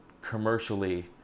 commercially